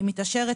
היא מתעשרת,